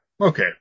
Okay